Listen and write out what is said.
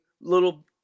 little